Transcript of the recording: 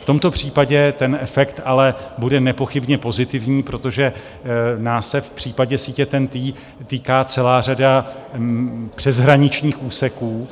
V tomto případě efekt ale bude nepochybně pozitivní, protože nás se v případě sítě TENT týká celá řada přeshraničních úseků.